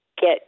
get